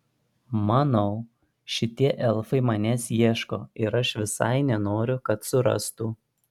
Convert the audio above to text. manau šitie elfai manęs ieško ir aš visai nenoriu kad surastų